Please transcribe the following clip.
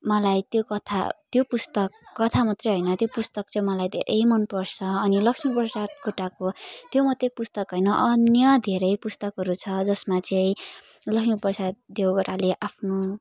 मलाई त्यो कथा त्यो पुस्तक कथा मात्र होइन त्यो पुस्तक चाहिँ मलाई धेरै मन पर्छ अनि लक्ष्मीप्रसाद देवकोटाको त्यो मात्र पुस्तक होइन अन्य धेरै पुस्तकहरू छ जसमा चाहिँ लक्ष्मीप्रसाद देवकोटाले आफ्नो